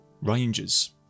Rangers